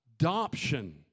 adoption